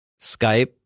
Skype